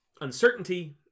uncertainty